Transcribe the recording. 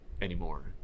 anymore